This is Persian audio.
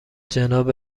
جناب